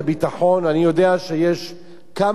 אני יודע שיש כמה גורמים,